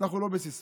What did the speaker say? אנחנו לא בסיסמאות.